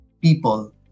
people